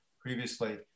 previously